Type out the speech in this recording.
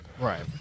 Right